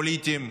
פוליטיים,